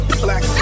black